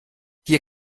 hier